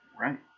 Right